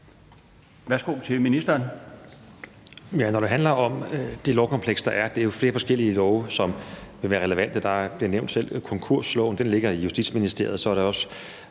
Værsgo til ministeren.